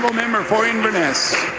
member for inverness?